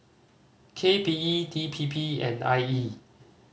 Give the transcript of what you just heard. K P E D P P and I E